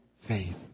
faith